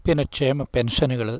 പിന്നെ ക്ഷേമപെൻഷനുകൾ